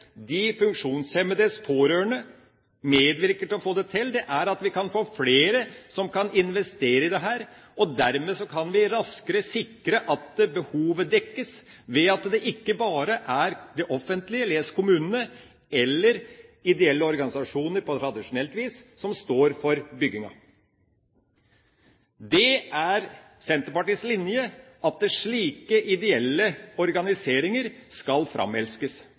de funksjonshemmedes pårørende medvirker til å få det til, er at vi kan få flere som kan investere i dette. Dermed kan vi raskere sikre at behovet dekkes ved at det ikke bare er det offentlige, les kommunene, eller ideelle organisasjoner på tradisjonelt vis som står for bygginga. Det er Senterpartiets linje at slike ideelle organiseringer skal framelskes.